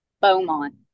Beaumont